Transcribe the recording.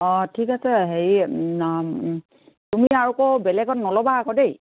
অঁ ঠিক আছে হেৰি তুমি আৰু আকৌ বেলেগত নল'বা আকৌ দেই